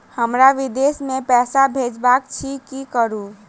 हमरा विदेश मे पैसा भेजबाक अछि की करू?